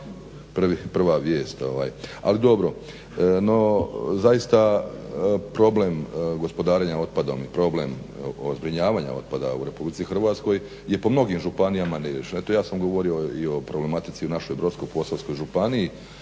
prva vijest ovaj. Ali dobro no zaista problem gospodarenja otpadom i problem o zbrinjavanju otpada u RH je po mnogima županijama ne riješen. Evo ja sam govorio i o problematici u našoj Brodsko-posavskoj županiji